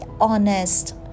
honest